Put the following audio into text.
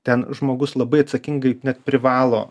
ten žmogus labai atsakingai net privalo